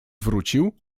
wrócił